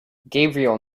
gabriel